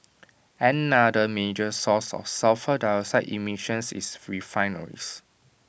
another major source of sulphur dioxide emissions is refineries